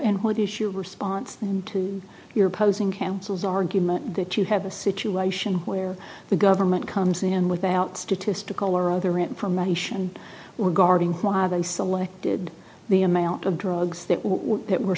and what is your response to your opposing counsel's argument that you have a situation where the government comes in without statistical or other information were guarding why they selected the amount of drugs that